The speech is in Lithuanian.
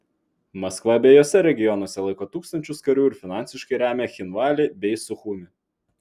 maskva abiejuose regionuose laiko tūkstančius karių ir finansiškai remia cchinvalį bei suchumį